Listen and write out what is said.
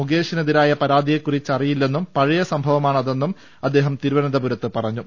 മുകേഷിനെതിരായ പരാതിയെ കുറിച്ചറിയില്ലെന്നും പഴയ സംഭവമാണ് അതെന്നും അദ്ദേഹം തിരുവനന്ത പുരത്ത് പറഞ്ഞു